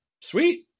sweet